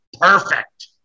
Perfect